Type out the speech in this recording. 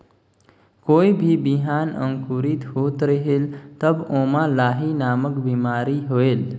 कोई भी बिहान अंकुरित होत रेहेल तब ओमा लाही नामक बिमारी होयल?